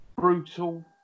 brutal